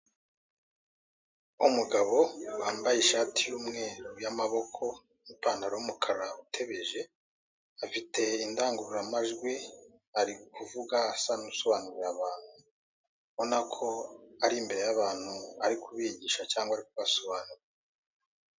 Umugabo wambaye ishati y'umweru y'amaboko n'ipantaro y'umukara utebeje. Afite indangururamajwi, ari kuvuga asa nusobanurira abantu. Ubonako ar'imbere y'abantu ari kubigisha cyangwa kubasobanurira.